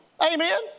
Amen